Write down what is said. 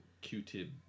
Q-tip